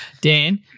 Dan